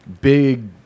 Big –